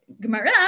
Gemara